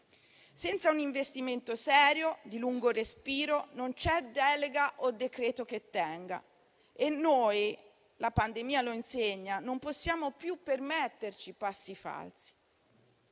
Senza un investimento serio e di lungo respiro non c'è delega o decreto che tenga. La pandemia lo insegna: non possiamo più permetterci passi falsi.